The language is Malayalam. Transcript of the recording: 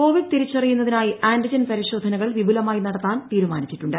കോവിഡ് തിരിച്ചറിയുന്നതിനായി ആന്റിജൻ പരിശോധനകൾ വിപുലമായി നടത്താൻ തീരുമാനിച്ചിട്ടുണ്ട്